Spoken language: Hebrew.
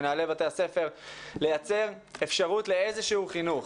מנהלי בתי הספר קוראים לכך וזה לייצר אפשרות לאיזשהו חינוך.